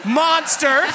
monster